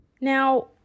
Now